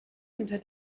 unter